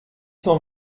cent